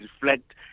reflect